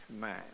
man